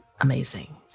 amazing